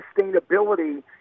sustainability